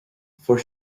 fuair